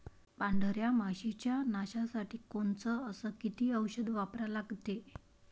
पांढऱ्या माशी च्या नाशा साठी कोनचं अस किती औषध वापरा लागते?